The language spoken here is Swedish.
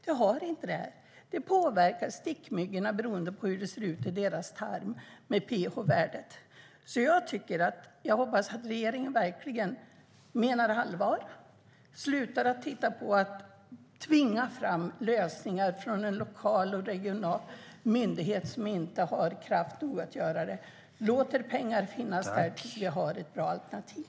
Det har inte BTI, utan det påverkar stickmyggorna beroende på hur det ser ut med pH-värdet i deras tarm. Jag hoppas att regeringen verkligen menar allvar och slutar att tvinga fram lösningar från en lokal och regional myndighet som inte har kraft nog att åstadkomma det och låter pengar finnas där vi har ett bra alternativ.